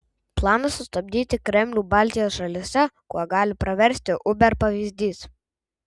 planas sustabdyti kremlių baltijos šalyse kuo gali praversti uber pavyzdys